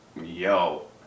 yo